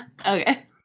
Okay